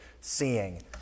seeing